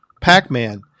pac-man